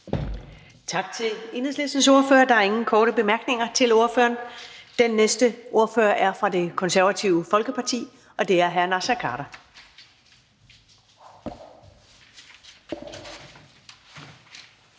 Tak til Enhedslistens ordfører. Der er ingen korte bemærkninger til ordføreren. Den næste ordfører er fra Det Konservative Folkeparti, og det er hr. Naser Khader.